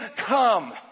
come